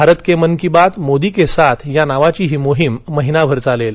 भारत के मन की बात मोदी के साथ या नावाची ही मोहीम महिनाभर चालेल